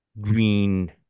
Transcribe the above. green